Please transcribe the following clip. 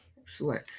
Excellent